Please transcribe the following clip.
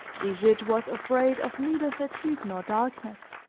brigitte was afraid of neither fatigue nor darkness.